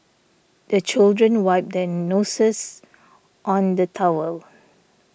the children wipe their noses on the towel